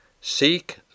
seek